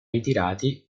ritirati